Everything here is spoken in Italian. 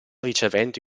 ricevendo